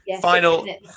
Final